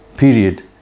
Period